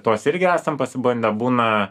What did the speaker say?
tuos irgi esam pabandę būna